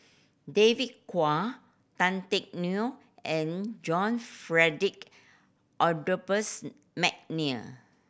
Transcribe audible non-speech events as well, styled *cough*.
David Kwo Tan Teck Neo and John *unintelligible* Adolphus McNair